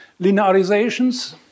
linearizations